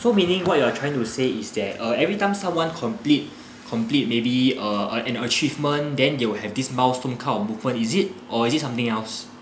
so meaning what you are trying to say is that uh every time someone complete complete maybe uh an achievement then they will have this milestone kind of movement is it or is it something else